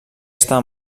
estar